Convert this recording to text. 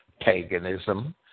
paganism